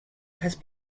has